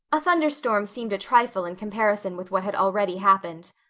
a thunderstorm seemed a trifle in comparison with what had already happened.